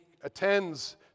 attends